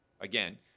again